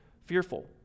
fearful